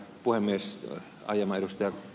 aiemman ed